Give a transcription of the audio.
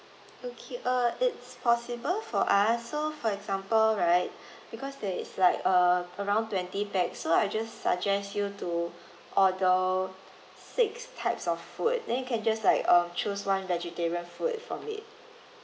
okay uh it's possible for us so for example right because there is like uh around twenty pax so I just suggest you to order six types of food then you can just like uh choose one vegetarian food from it